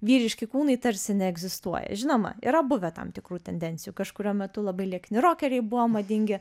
vyriški kūnai tarsi neegzistuoja žinoma yra buvę tam tikrų tendencijų kažkuriuo metu labai liekni rokeriai buvo madingi